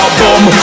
boom